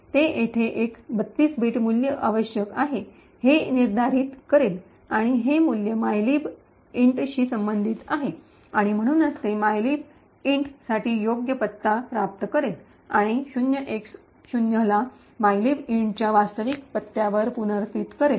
हे येथे एक 32 बिट मूल्य आवश्यक आहे हे निर्धारित करेल आणि हे मूल्य mylib int शी संबंधित आहे आणि म्हणूनच ते mylib int साठी योग्य पत्ता प्राप्त करेल आणि 0X0 ला mylib int च्या वास्तविक पत्त्यासह पुनर्स्थित करेल